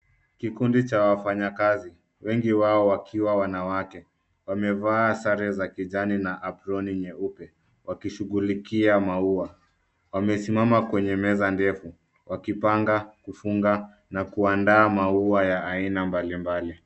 Kikundi cha wafanyakazi, wengi wao wakiwa wanawake. Wamevaa sare za kijani na aproni nyeupe wakishughulikia maua. Wamesimama kwenye meza ndefu wakipanga, kufunga na kuandaa maua ya aina mbalimbali.